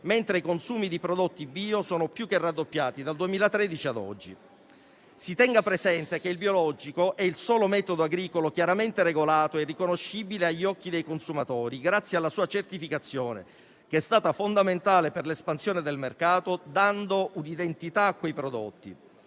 mentre i consumi di prodotti bio sono più che raddoppiati dal 2013 ad oggi. Si tenga presente che il biologico è il solo metodo agricolo chiaramente regolato e riconoscibile agli occhi dei consumatori grazie alla sua certificazione, che è stata fondamentale per l'espansione del mercato, dando un'identità a quei prodotti.